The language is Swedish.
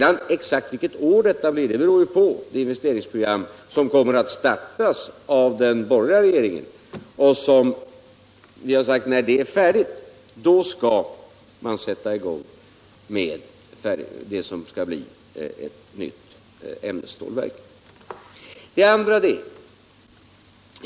Exakt vilket år detta blir beror på det investeringsprogram som kommer att startas av den borgerliga regeringen. 9 Om åtgärder för att säkra sysselsättningen inom 92” Vi har sagt att när det är färdigt skall man sätta i gång med det som skall bli ett nytt ämnesstålverk.